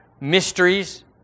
mysteries